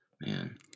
Man